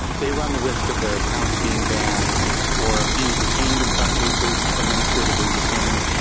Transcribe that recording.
they run the risk of their accounts being banned or of being detained in some cases, administratively detained,